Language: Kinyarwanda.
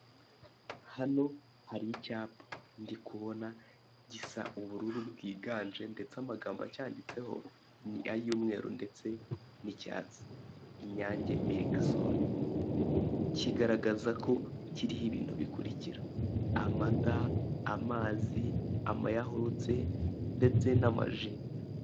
Hano hari icyapa, ndi kubona, gisa ubururu bwiganje, ndetse amagambo acyanditseho ni ay'umweru ndetse n'icyatsi. Inyange Miliki zone. Kigaragaza ko kiriho ibintu bikurikira: amata, amazi, amayahurute, ndetse n'amaji.